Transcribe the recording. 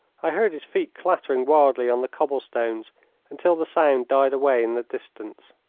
i heard his feet clattering wildly on the cobble-stones until the sound died away in the distance.